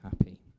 happy